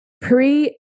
pre